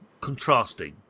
contrasting